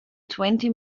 twenty